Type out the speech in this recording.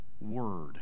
word